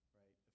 right